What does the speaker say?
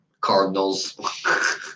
Cardinals